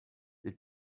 est